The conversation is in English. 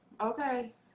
okay